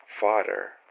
Fodder